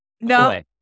No